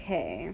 Okay